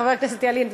חבר הכנסת ילין,